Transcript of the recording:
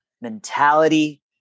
mentality